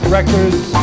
Records